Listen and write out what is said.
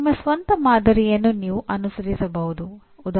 ನಿಮ್ಮ ಸ್ವಂತ ಮಾದರಿಯನ್ನು ನೀವು ಅನುಸರಿಸಬಹುದು